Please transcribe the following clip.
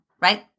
Right